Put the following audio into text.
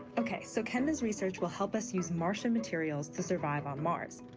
okay, so kennda's research will help us use martian materials to survive on mars.